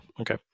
okay